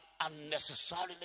unnecessarily